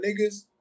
niggas